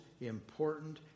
important